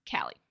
Callie